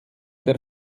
der